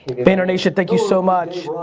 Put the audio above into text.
vaynernation thank you so much.